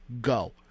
go